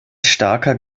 starker